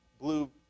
Blue